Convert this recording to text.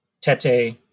Tete